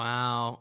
Wow